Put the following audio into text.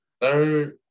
Third